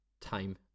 Time